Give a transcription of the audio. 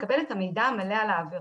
מקבל את המידע המלא על העבירה.